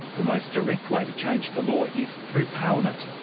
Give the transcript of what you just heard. the most direct way to change the law is through parliament.